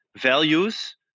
values